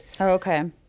okay